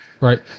Right